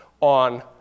on